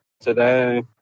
today